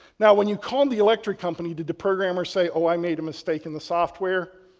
now when you called the electric company did the programmer say, oh i made a mistake in the software?